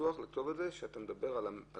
שבניסוח צריך לכתוב שאתה מדבר על מורשים.